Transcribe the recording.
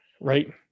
right